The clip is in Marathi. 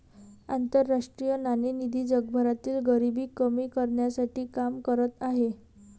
आंतरराष्ट्रीय नाणेनिधी जगभरातील गरिबी कमी करण्यासाठी काम करत आहे